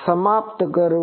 સમાપ્ત કરું છું